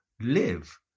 live